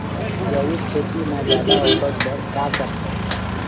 जैविक खेती म जादा उपज बर का करना ये?